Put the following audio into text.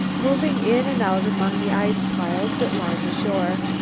moving in and out among the ice-piles that lined the shore.